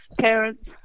parents